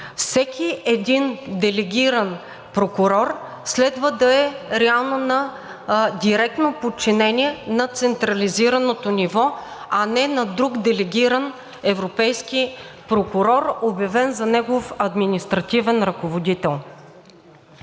Всеки един делегиран прокурор следва да е реално на директно подчинение на централизираното ниво, а не на друг делегиран европейски прокурор, обявен за негов административен ръководител.